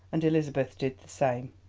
and elizabeth did the same.